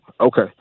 Okay